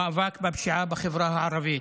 המאבק בפשיעה בחברה הערבית.